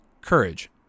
courage